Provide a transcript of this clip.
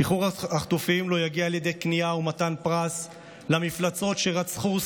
שחרור החטופים לא יגיע על ידי כניעה ומתן פרס למפלצות שרצחו,